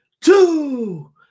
two